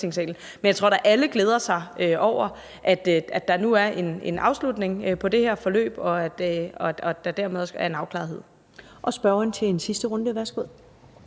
Men jeg tror da, at alle glæder sig over, at der nu er en afslutning på det her forløb, og at der dermed er en afklarethed. Kl. 17:02 Første næstformand